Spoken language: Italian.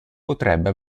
potrebbe